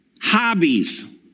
hobbies